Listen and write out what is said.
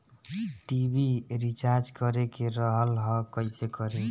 TV recharge करे के रहल ह कइसे करी?